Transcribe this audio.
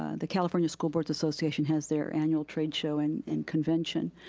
ah the california school boards association has their annual trade show and and convention,